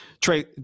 Trey